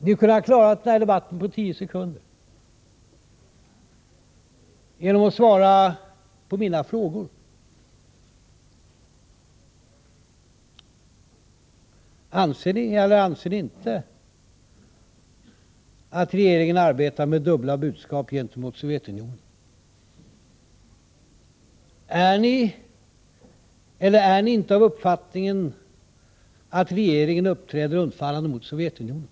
Ni kunde ha klarat den här debatten på tio sekunder genom att svara på mina frågor: Anser ni eller anser ni inte att regeringen arbetar med dubbla budskap gentemot Sovjetunionen? Är ni eller är ni inte av uppfattningen att regeringen uppträder undfallande mot Sovjetunionen?